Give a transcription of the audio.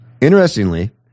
Interestingly